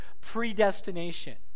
predestination